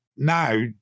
Now